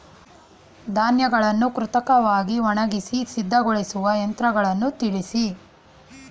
ಧಾನ್ಯಗಳನ್ನು ಕೃತಕವಾಗಿ ಒಣಗಿಸಿ ಸಿದ್ದಗೊಳಿಸುವ ಯಂತ್ರಗಳನ್ನು ತಿಳಿಸಿ?